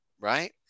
Right